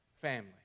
family